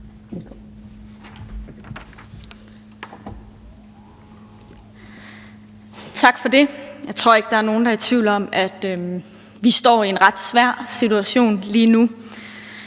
Tak for det. Jeg tror ikke, der er nogen, der er i tvivl om, at vi står i en ret svær situation lige nu.